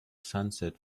sunset